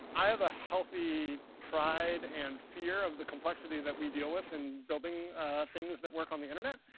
i have a healthy pride and fear of the complexity that we deal with in building things that work on the internet.